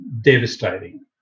devastating